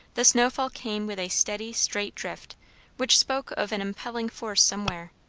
the snowfall came with a steady straight drift which spoke of an impelling force somewhere,